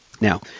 Now